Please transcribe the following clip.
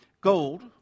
gold